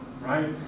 right